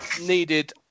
needed